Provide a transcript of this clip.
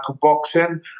boxing